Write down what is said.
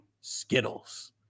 Skittles